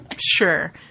Sure